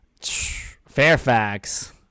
Fairfax